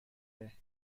این